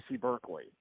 Berkeley